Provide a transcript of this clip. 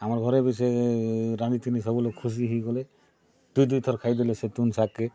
ଆମର୍ ଘରେ ବି ସେ ରାନ୍ଧିଥିଲି ସବୁଲୋକ୍ ଖୁସି ହେଇଗଲେ ଦୁଇ ଦୁଇଥର୍ ଖାଇଦେଲେ ସେ ତୁନ୍ ଶାଗ୍ କେ